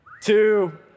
two